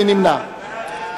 תודה.